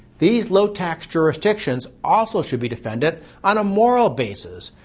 these low-tax jurisdictions also should be defended on a moral basis.